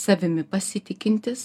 savimi pasitikintis